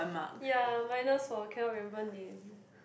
ya minus for cannot remember name